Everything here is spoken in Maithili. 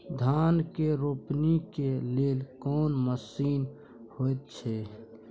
धान के रोपनी के लेल कोन मसीन होयत छै?